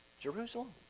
Jerusalem